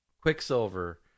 Quicksilver